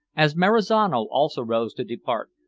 as marizano also rose to depart,